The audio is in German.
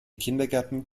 kindergärten